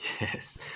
Yes